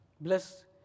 Bless